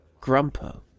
Grumpo